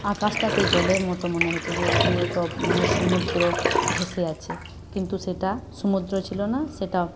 আকাশটা সেই জলের মতো মনে হচ্ছে যেখানে সব সমুদ্র ঘেঁসে আছে কিন্তু সেটা সমুদ্র ছিলো না সেটা